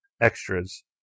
extras